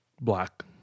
black